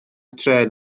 trên